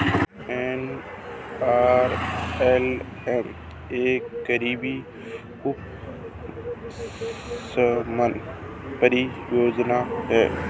NRLM एक गरीबी उपशमन परियोजना है